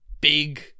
big